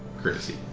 courtesy